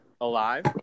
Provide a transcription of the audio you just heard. alive